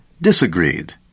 disagreed